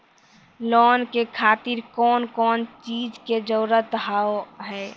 Loan के खातिर कौन कौन चीज के जरूरत हाव है?